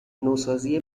نوسازی